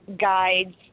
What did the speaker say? guides